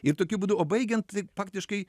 ir tokiu būdu o baigiant tai faktiškai